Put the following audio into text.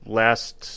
last